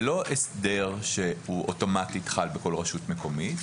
זה לא הסדר שאוטומטית חל בכל רשות מקומית,